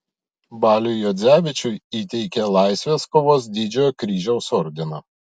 baliui juodzevičiui įteikė laisvės kovos didžiojo kryžiaus ordiną